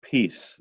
Peace